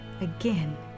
again